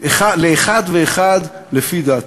אחד ואחד לפי דעתו.